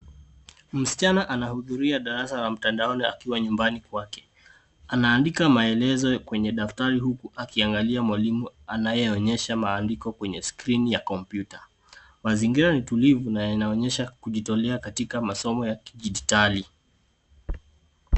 Msichana anahudhuria darasa la mtandaoni akiwa nyumbani kwake, anaandika maelezo kwenye daftari huku akiangalia mwalimu anayeonyesha maandiko kwenye skrini ya kompyuta. Mazingira ni tulivu, na yanaonyesha kujitolea katika masomo ya kidijitali.